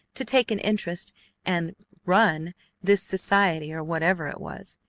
to take an interest and run this society or whatever it was.